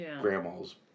grandma's